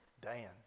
Dan